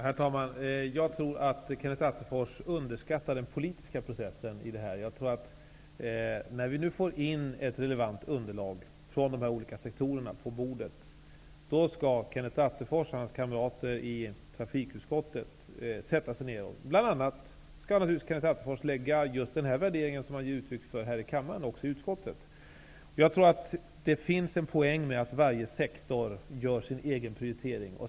Herr talman! Jag tror att Kenneth Attefors underskattar den politiska processen. När vi har fått in ett relevant underlag från de här olika sektorerna, skall Kenneth Attefors och hans kamrater i trafikutskottet sätta sig ner och diskutera. Bland annat skall Kenneth Attefors naturligtvis även i utskottet ge uttryck för den värdering som han nu för fram i kammaren. Det finns en poäng i att varje sektor gör sin egen prioritering.